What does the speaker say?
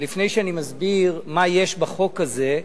לפני שאני מסביר מה יש בחוק הזה,